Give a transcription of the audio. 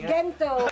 Gento